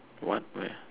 what where